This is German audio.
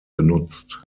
genutzt